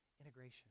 integration